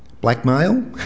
Blackmail